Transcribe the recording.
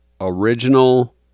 Original